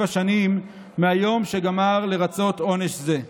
שבע שנים מהיום שגמר לרצות עונש זה.